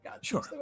sure